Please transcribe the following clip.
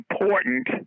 important